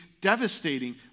devastating